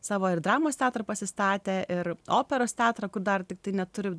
savo ir dramos teatrą pasistatė ir operos teatrą kur dar tiktai neturi